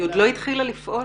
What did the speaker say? היא עוד לא התחילה לפעול?